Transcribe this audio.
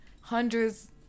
hundreds